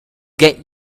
get